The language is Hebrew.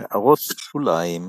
הערות שוליים ==